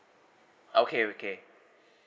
okay okay